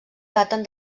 daten